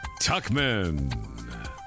Tuckman